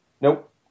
Nope